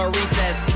recess